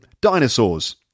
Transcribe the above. dinosaurs